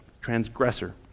Transgressor